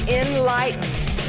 enlightened